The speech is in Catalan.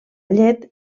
llet